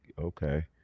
okay